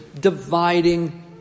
dividing